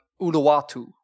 Uluwatu